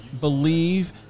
believe